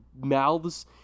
mouths